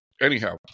Anyhow